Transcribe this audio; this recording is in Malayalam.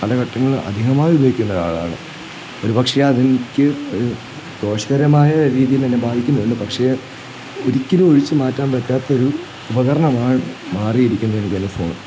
കാലഘട്ടങ്ങളിൽ അധികമായി ഉപയോഗിക്കുന്ന ഒരാളാണ് ഒരു പക്ഷെ അതെനിക്ക് ദോഷകരമായ രീതിയിൽ എന്നെ ബാധിക്കുന്നുണ്ട് പക്ഷെ ഒരിക്കലും ഒഴിച്ചുമാറ്റാൻ പറ്റാത്തൊരു ഉപകരണമായി മാറിയിരിക്കുന്നു എനിക്കെൻ്റെ ഫോൺ